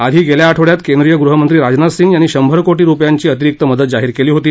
आधी गेल्या आठवड्यात केंद्रीय गृहमंत्री राजनाथ सिंह यांनी शंभर कोटी रुपयांची अतिरिक्त मदत जाहीर केली होती